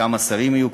כמה שרים יהיו,